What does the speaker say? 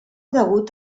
degut